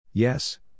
Yes